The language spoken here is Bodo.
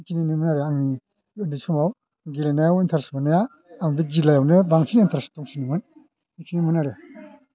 बेखिनिनोमोन आरो आंनि उन्दै समाव गेलेनायाव इन्थारेस मोननाया आं बे गिलायावनो बांसिन एन्थारेस दंसिनोमोन बेखिनिमोन आरो